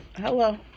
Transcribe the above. hello